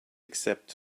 except